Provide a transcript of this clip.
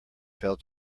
fell